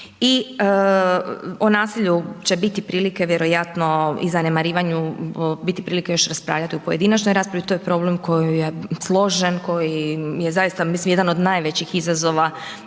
I o nasilju će biti prilike vjerojatno i zanemarivanju biti prilike još raspravljati u pojedinačnoj raspravi, to je problem koji je složen, koji je zaista mislim jedan od najvećih izazova